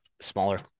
smaller